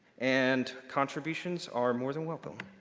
and contributions are more than welcome.